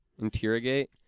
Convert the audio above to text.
Interrogate